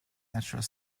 natural